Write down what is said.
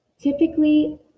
Typically